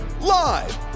live